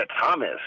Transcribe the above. Thomas